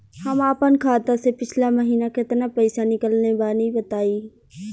हम आपन खाता से पिछला महीना केतना पईसा निकलने बानि तनि बताईं?